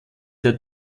der